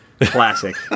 Classic